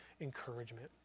encouragement